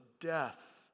death